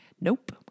Nope